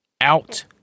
out